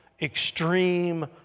extreme